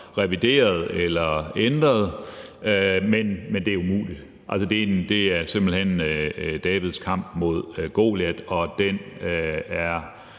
revideret eller ændret, men det er umuligt. Det er simpelt hen Davids kamp mod Goliat, og den